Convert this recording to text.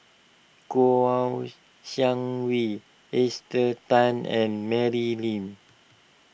Kouo Shang Wei Esther Tan and Mary Lim